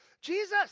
Jesus